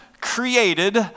created